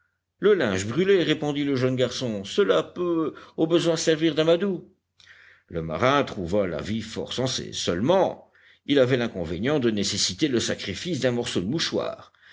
le linge brûlé répondit le jeune garçon cela peut au besoin servir d'amadou le marin trouva l'avis fort sensé seulement il avait l'inconvénient de nécessiter le sacrifice d'un morceau de mouchoir